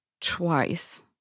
twice